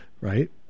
Right